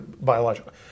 biologically